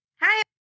Hi